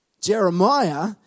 Jeremiah